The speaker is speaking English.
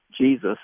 Jesus